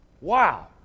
Wow